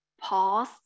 pause